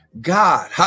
god